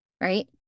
right